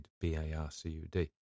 B-A-R-C-U-D